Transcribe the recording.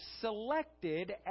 selected